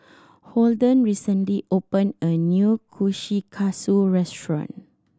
Holden recently opened a new Kushikatsu restaurant